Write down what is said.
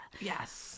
Yes